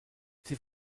sie